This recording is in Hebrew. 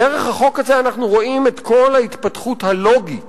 דרך החוק הזה אנחנו רואים את כל ההתפתחות הלוגית